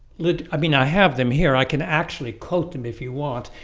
the i mean i have them here i can actually quote them if you want,